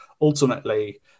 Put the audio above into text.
ultimately